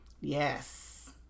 Yes